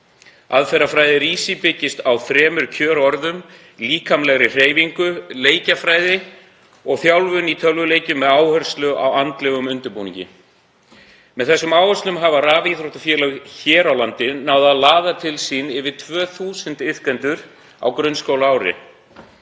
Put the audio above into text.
Aðferðafræði RÍSÍ byggist á þremur kjörorðum; líkamlegri hreyfingu, leikjafræði og þjálfun í tölvuleikjum með áherslu á andlegan undirbúning. Með þessum áherslum hafa rafíþróttafélög hér á landi náð að laða til sín yfir 2.000 iðkendur á grunnskólaárinu.